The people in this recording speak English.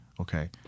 Okay